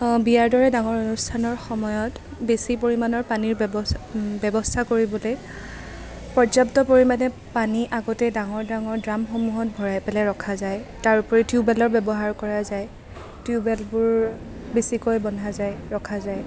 বিয়াৰ দৰে ডাঙৰ অনুষ্ঠানৰ সময়ত বেছি পৰিমাণৰ পানীৰ ব্যৱ ব্যৱস্থা কৰিবলৈ পৰ্যাপ্ত পৰিমাণে পানী আগতেই ডাঙৰ ডাঙৰ ড্ৰামসমূহত ভৰাই পেলাই ৰখা যায় তাৰোপৰি টিউবেলৰ ব্যৱহাৰ কৰা যায় টিউবেলবোৰ বেছিকৈ বন্ধা যায় ৰখা যায়